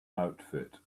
outfit